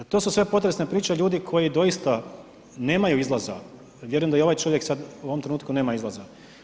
To su sve potresne priče ljudi koji doista nemaju izlaza, vjerujem da i ovaj čovjek sad u ovom trenutku nema izlaza.